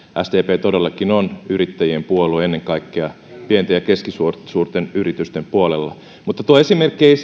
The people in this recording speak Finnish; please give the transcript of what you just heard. sdp todellakin on yrittäjien puolue ennen kaikkea pienten ja keskisuurten yritysten puolella mutta tuo esimerkki ei